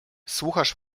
słuchasz